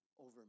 over